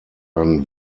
ein